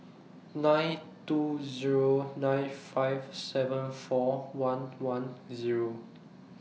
nine two Zero nine five seven four one one Zero